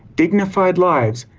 dignified lives,